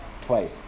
Twice